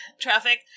traffic